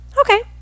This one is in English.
okay